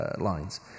lines